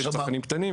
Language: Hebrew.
ויש צרכנים קטנים,